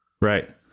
Right